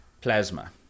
plasma